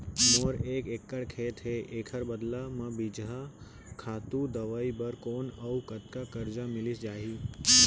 मोर एक एक्कड़ खेत हे, एखर बदला म बीजहा, खातू, दवई बर कोन अऊ कतका करजा मिलिस जाही?